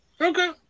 Okay